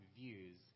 views